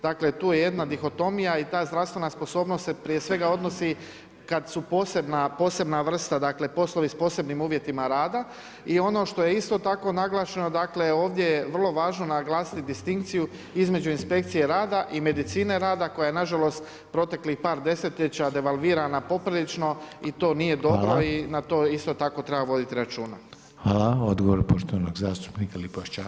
Dakle, tu je jedna dihotomija i ta zdravstvena sposobnost se prije svega odnosi kad su posebna vrsta dakle, poslovi s posebnim uvjetima rada i ono što je isto tako naglašeno, dakle ovdje je vrlo važno naglasiti distinkciju između inspekcije rada i medicine rada koja je nažalost proteklih par desetljeća devalvirana poprilično i to nije dobro i na to isto tako treba voditi računa.